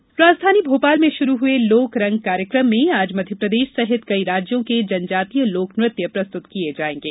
लोकरंग महोत्सव राजधानी भोपाल में शुरू हुए लोकरंग कार्यक्रम में आज मध्यप्रदेश सहित कई राज्यों के जनजातीय लोकनृत्य प्रस्तुत किये जायेंगे